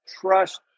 trust